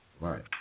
Right